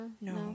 no